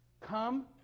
come